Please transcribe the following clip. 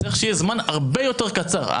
צריך שיהיה זמן הרבה יותר קצר.